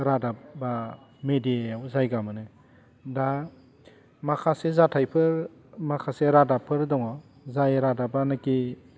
रादाब बा मेदियायाव जायगा मोनो दा माखासे जाथाइफोर माखासे रादाबफोर दङ जाय रादाबानाखि